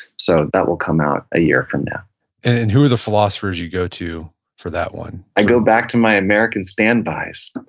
so that will come out a year from now and who are the philosophers you go to for that one? i go back to my american standbys.